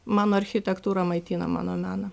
mano architektūra maitina mano meną